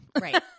right